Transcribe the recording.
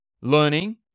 learning